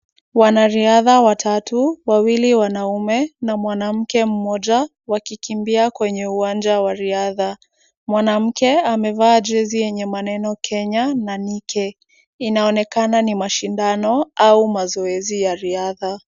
Wanariadha watatu ,wawili wanaume na mwanamke mmoja wakikimbia kwenye uwanja wa riadha. Mwanamke amevaa jezi yenye maneno Kenya na Nike. Inaonekana ni mashindano au mazoezi ya riadha.